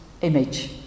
image